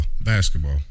Basketball